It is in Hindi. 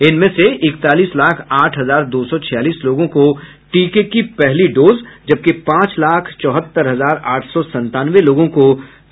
इनमें से इकतालीस लाख आठ हजार दो सौ छियालीस लोगों को टीके की पहली डोज जबकि पांच लाख चौहत्तर हजार आठ सौ संतानवे लोगों को दूसरी डोज दी गयी है